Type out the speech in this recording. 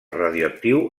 radioactiu